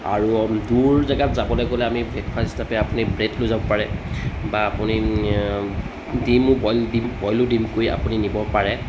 আৰু দূৰ জেগাত যাবলৈ গ'লে আমি ব্ৰেকফাষ্ট হিচাপে আপুনি ব্ৰেড লৈ যাব পাৰে বা আপুনি ডিমো বইল ডিম বইলো ডিম কৰি আপুনি নিব পাৰে